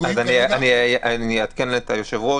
אני אעדכן את היושב-ראש.